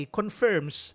confirms